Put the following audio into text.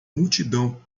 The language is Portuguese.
multidão